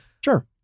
sure